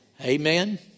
Amen